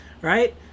right